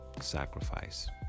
sacrifice